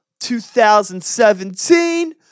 2017